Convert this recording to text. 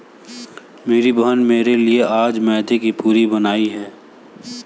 मेरी बहन में मेरे लिए आज मैदे की पूरी बनाई है